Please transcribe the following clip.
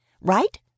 right